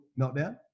meltdown